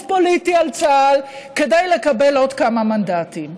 פוליטי על צה"ל כדי לקבל עוד כמה מנדטים.